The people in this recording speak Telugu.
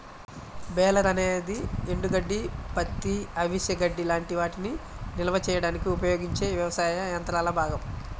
బేలర్ అనేది ఎండుగడ్డి, పత్తి, అవిసె గడ్డి లాంటి వాటిని నిల్వ చేయడానికి ఉపయోగించే వ్యవసాయ యంత్రాల భాగం